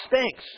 stinks